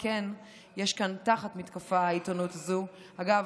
אגב,